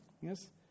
yes